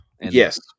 Yes